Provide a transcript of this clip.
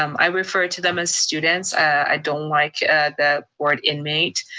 um i refer to them as students. i don't like the word inmate,